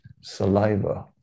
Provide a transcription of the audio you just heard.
saliva